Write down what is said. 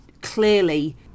clearly